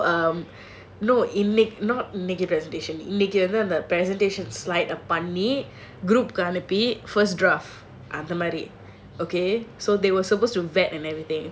so um no இன்னைக்கு:innaikku presentation slide upon me பண்ணி அனுப்பி:panni anupi first draft அந்த மாதிரி:andha mzadhiri okay so they were supposed to vet and everything